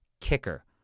kicker